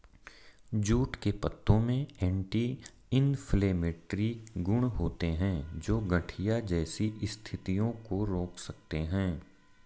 jute के पत्तों में एंटी इंफ्लेमेटरी गुण होते हैं, जो गठिया जैसी स्थितियों को रोक सकते हैं